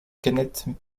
kenneth